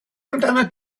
amdanat